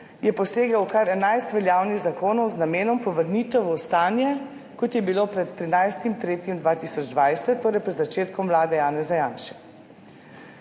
je posegel v kar enajst veljavnih zakonov z namenom povrnitve v stanje, kot je bilo pred 13. 3. 2020, torej pred začetkom vlade Janeza Janše.